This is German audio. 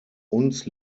uns